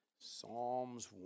Psalms